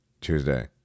Tuesday